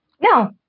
No